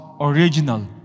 original